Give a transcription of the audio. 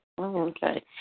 Okay